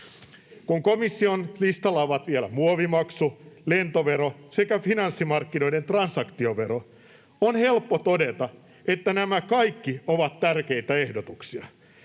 Kun komission listalla ovat vielä muovimaksu, lentovero sekä finanssimarkkinoiden transaktiovero, on helppo todeta, että nämä kaikki ovat tärkeitä ehdotuksia.